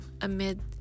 amid